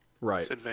right